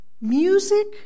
music